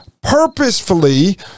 purposefully